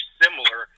similar